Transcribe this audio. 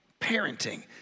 parenting